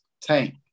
tank